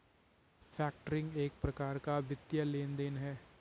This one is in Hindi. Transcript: फैक्टरिंग एक प्रकार का वित्तीय लेन देन है